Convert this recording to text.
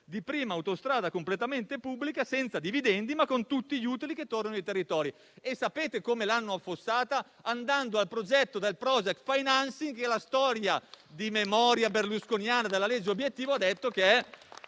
di prima autostrada completamente pubblica, senza dividendi, ma con tutti gli utili che tornano ai territori. Sapete come l'hanno affossata? Andando al progetto del *project financing*, che la storia - di memoria berlusconiana - della legge obiettivo ha dimostrato